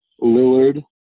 Lillard